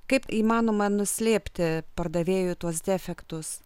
kaip įmanoma nuslėpti pardavėjui tuos defektus